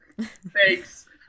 thanks